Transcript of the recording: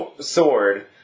sword